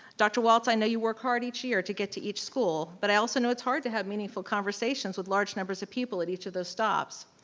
dr. waltz, i know you work hard each year to get to each school, but i also know it's hard to have meaningful conversations with large numbers of people at each of those stops.